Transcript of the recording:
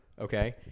okay